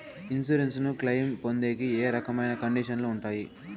Insurance claim పొందేకి ఏ రకమైన కండిషన్లు ఉంటాయి?